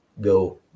go